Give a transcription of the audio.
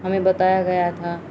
ہمیں بتایا گیا تھا